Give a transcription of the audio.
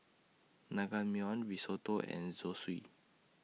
Naengmyeon Risotto and Zosui